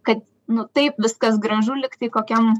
kad nu taip viskas gražu lyg tai kokiam